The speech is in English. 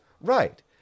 right